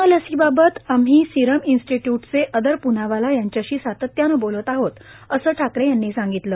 corona लसीबाबत आम्ही serum इन्स्टिट्यूटचे अदर प्नावाला यांच्याशी सातत्याने बोलत आहोत असे ठाकरे यांनी सांगितले